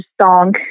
song